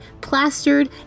plastered